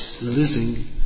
living